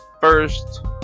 first